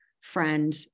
friend